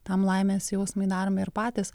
tam laimės jausmui darome ir patys